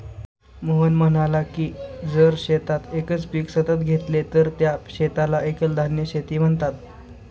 मोहन म्हणाला की जर शेतात एकच पीक सतत घेतले तर त्या शेताला एकल धान्य शेती म्हणतात